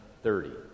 thirty